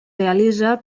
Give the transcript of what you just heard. realitza